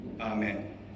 Amen